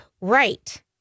right